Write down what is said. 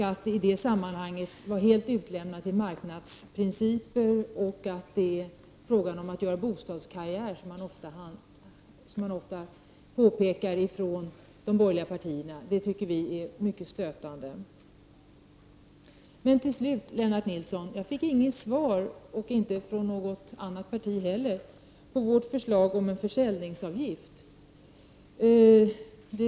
Att i detta sammanhang vara helt utlämnad åt marknadsprinciper och människor som ägnar sig åt bostadskarriär -- som ofta påpekas från de borgerliga partierna -- tycker vi är mycket stötande. Till slut Lennart Nilsson: Jag fick inget svar -- inte heller från något annat håll -- på vårt förslag om försäljningsavgiften.